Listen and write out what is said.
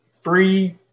Free